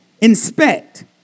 inspect